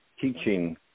teaching